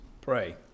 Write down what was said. pray